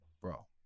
bro